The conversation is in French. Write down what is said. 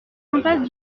impasse